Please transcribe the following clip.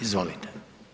Izvolite.